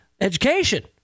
education